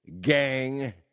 gang